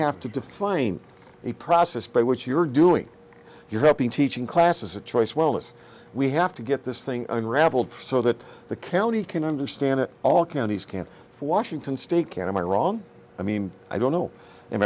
have to define a process by what you're doing you're helping teaching classes a choice wellness we have to get this thing unraveled so that the county can understand it all counties can't washington state can am i wrong i mean i don't know i